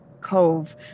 cove